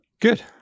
Good